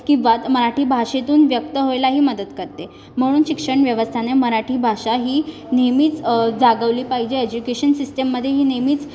किव्वा मराठी भाषेतून व्यक्त व्हायलाही मदत करते म्हणून शिक्षण व्यवस्थाने मराठी भाषा ही नेहमीच जागवली पाहिजे एज्युकेशन सिस्टीममध्ये ही नेहमीच